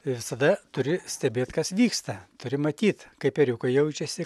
visada turi stebėt kas vyksta turi matyt kaip ėriukai jaučiasi